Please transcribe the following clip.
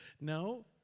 No